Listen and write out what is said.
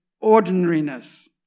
ordinariness